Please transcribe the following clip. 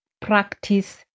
Practice